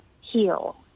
heal